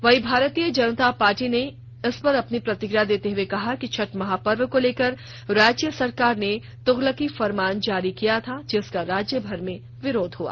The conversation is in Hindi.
वहीं भारतीय जनता पार्टी ने इस पर अपनी प्रतिकिया देते हुए कहा कि छठ महापर्व को लेकर राज्य सरकार ने तुगलकी फरमान जारी किया था जिसका राज्यभर में विरोध हुआ